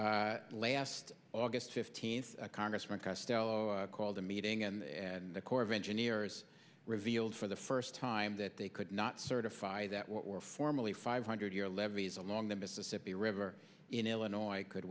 peril last august fifteenth congressman costello called a meeting and and the corps of engineers revealed for the first time that they could not certify that what were formally five hundred year levees along the mississippi river in illinois could